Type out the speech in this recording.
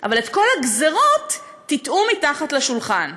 אבל את כל הגזירות טאטאו מתחת לשולחן.